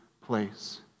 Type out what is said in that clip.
place